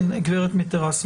כן, גברת מטרסו.